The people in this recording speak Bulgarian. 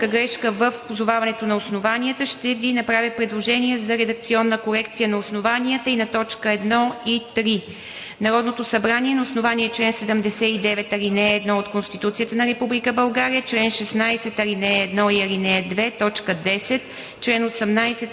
техническа грешка в позоваването на основанията, ще Ви направя предложения за редакционна корекция на основанията на т. 1 и 3: „Народното събрание на основание чл. 79, ал. 1 от Конституцията на Република България, чл. 16, ал. 1 и ал. 2, т. 10,